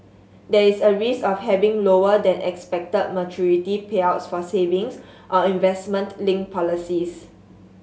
there is a risk of having lower than expected maturity payouts for savings or investment linked policies